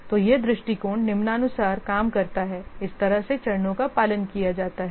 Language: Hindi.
तो यह दृष्टिकोण निम्नानुसार काम करता है इस तरह से चरणों का पालन किया जाता है